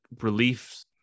relief